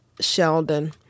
Sheldon